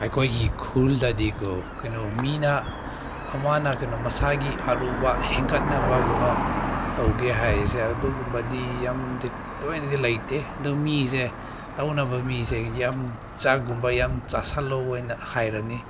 ꯑꯩꯈꯣꯏꯒꯤ ꯈꯨꯜꯗꯗꯤꯀꯣ ꯀꯩꯅꯣ ꯃꯤꯅ ꯑꯃꯅ ꯀꯩꯅꯣ ꯃꯁꯥꯒꯤ ꯑꯔꯨꯝꯕ ꯍꯦꯟꯀꯠꯅꯕꯒꯨꯝꯕ ꯇꯧꯒꯦ ꯍꯥꯏꯁꯦ ꯑꯗꯨꯒꯨꯝꯕꯗꯤ ꯌꯥꯝꯗꯤ ꯇꯣꯏꯅꯗꯤ ꯂꯩꯇꯦ ꯑꯗꯨ ꯃꯤꯁꯦ ꯇꯧꯅꯕ ꯃꯤꯁꯦ ꯌꯥꯝ ꯆꯥꯛ ꯀꯨꯝꯕ ꯌꯥꯝ ꯆꯥꯁꯤꯜꯂꯣ ꯑꯣꯏꯅ ꯍꯥꯏꯔꯅꯤ